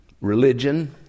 religion